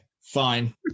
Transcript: Fine